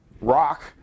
rock